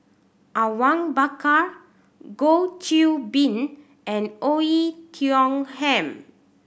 Awang Bakar Goh Qiu Bin and Oei Tiong Ham